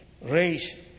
raised